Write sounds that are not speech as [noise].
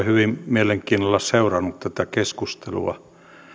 [unintelligible] hyvin mielenkiinnolla seurannut tätä keskustelua